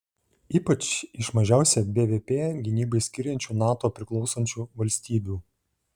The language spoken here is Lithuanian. ypač iš mažiausią bvp gynybai skiriančių nato priklausančių valstybių